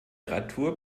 radtour